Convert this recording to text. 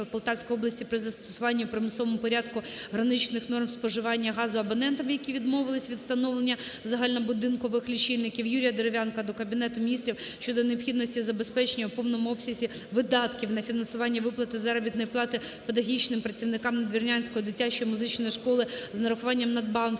Полтавської області при застосуванні у примусовому порядку граничних норм споживання газу абонентам, які відмовилися від встановлення загальнобудинкових лічильників. Юрія Дерев'янка до Кабінету Міністрів України щодо необхідності забезпечення у повному обсязі видатків на фінансування виплати заробітної плати педагогічним працівникам Надвірнянської дитячої музичної школи з нарахуванням надбавки